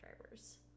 drivers